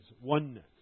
oneness